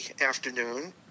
afternoon